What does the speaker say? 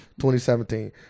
2017